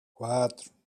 quatro